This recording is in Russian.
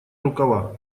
рукава